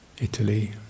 Italy